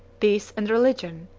peace, and religion,